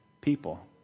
people